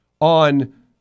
on